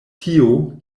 tio